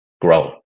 grow